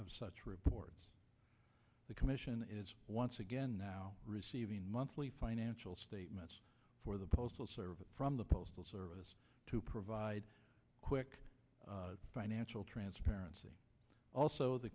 of such reports the commission is once again now receiving monthly financial statements for the postal service from the postal service to provide quick financial transparency also the